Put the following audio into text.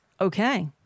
Okay